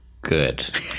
good